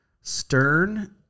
Stern